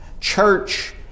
Church